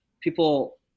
people